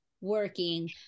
working